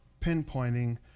pinpointing